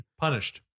punished